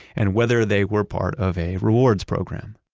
and whether they were part of a rewards program.